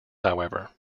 however